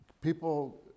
people